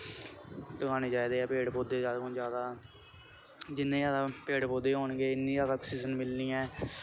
लगाने चाहिदे ऐ पेड़ पौधे ज्यादा कोला ज्यादा जिन्ने ज्यादा पेड़ पौधे होन गे इन्नी ज्यादा आक्सीज़न मिलनी ऐ